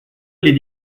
les